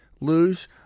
lose